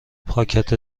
پاکت